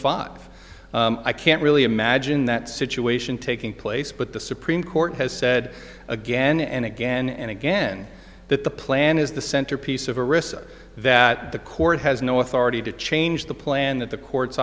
five i can't really imagine that situation taking place but the supreme court has said again and again and again that the plan is the centerpiece of a recess that the court has no authority to change the plan that the courts